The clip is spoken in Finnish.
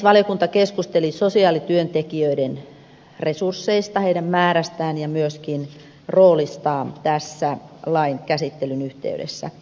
valiokunta keskusteli lain käsittelyn yhteydessä sosiaalityöntekijöiden resursseista heidän määrästään ja myöskin roolistaan